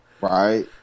Right